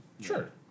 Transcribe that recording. sure